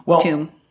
tomb